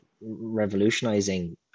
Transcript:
revolutionizing